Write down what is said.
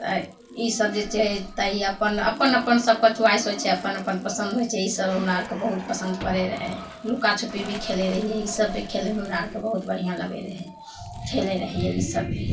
आओर ईसब जे छै तऽ ई अपन अपन सभके च्वाइस होइ छै अपन अपन पसन्द होइ छै ईसब हमरा आओरके बहुत पसन्द पड़ै रहै लुक्काछुपी भी खेलै रहिए ईसब भी खेलैमे हमरा आओरके बहुत बढ़िआँ लागै रहै खेलै रहिए ईसब भी